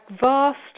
vast